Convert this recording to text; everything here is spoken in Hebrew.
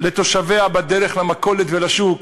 לתושביה בדרך למכולת ולשוק,